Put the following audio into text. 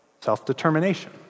Self-determination